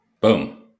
Boom